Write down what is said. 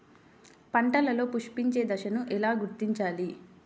పంటలలో పుష్పించే దశను ఎలా గుర్తించాలి?